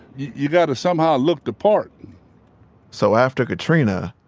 you've got to somehow look the part so after katrina,